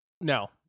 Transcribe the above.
No